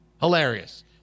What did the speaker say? Hilarious